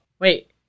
Wait